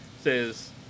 Says